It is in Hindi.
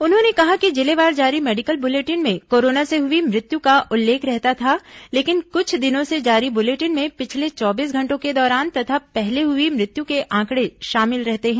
उन्होंने कहा कि जिलेवार जारी मेडिकल बुलेटिन में कोरोना से हुई मृत्यू का उल्लेख रहता था लेकिन कुछ दिनों से जारी बुलेटिन में पिछले चौबीस घंटों के दौरान तथा पहले हुई मृत्यू के आंकड़े शामिल रहते हैं